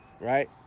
right